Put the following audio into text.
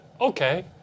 okay